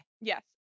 Yes